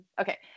okay